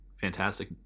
fantastic